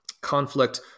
conflict